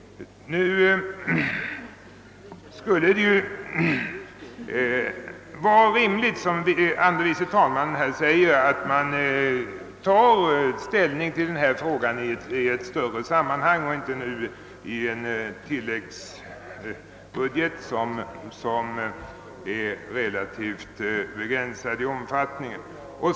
Såsom herr andre vice talmannen sade skulle det vara rimligt att man i ett större sammanhang tar ställning till denna fråga och inte nu i en tilläggsbudget som är relativt begränsad till sin omfattning.